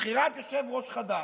לבחירת יושב-ראש חדש.